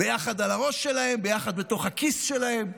ביחד על הראש שלהם, ביחד בתוך הכיס שלהם.